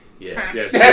Yes